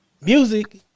music